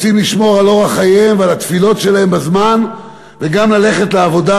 רוצים לשמור על אורח חייהם ועל התפילות שלהם בזמן וגם ללכת לעבודה.